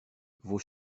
vos